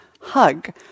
hug